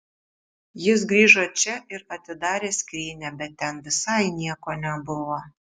jis grįžo čia ir atidarė skrynią bet ten visai nieko nebuvo